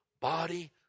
body